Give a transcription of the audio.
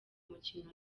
mukino